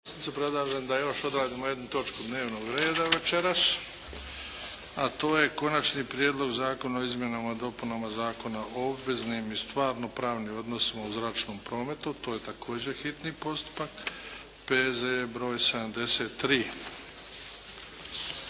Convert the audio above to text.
zastupnici predlažem da još odradimo jednu točku dnevnog reda večeras a to je - Konačni prijedlog zakona o izmjenama i dopunama Zakona o obveznim i stvarnopravnim odnosima u zračnom prometu, hitni postupak, prvo i